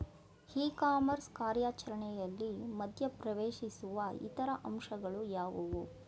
E commerce ಕಾರ್ಯಾಚರಣೆಯಲ್ಲಿ ಮಧ್ಯ ಪ್ರವೇಶಿಸುವ ಇತರ ಅಂಶಗಳು ಯಾವುವು?